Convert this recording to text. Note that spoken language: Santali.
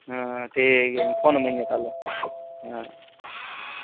ᱴᱷᱤᱠ ᱜᱮᱭᱟ ᱯᱷᱳᱱ ᱟᱢᱟᱹᱧ ᱦᱟᱸᱜ ᱛᱟᱦᱚᱞᱮ ᱦᱮᱸ